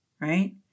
right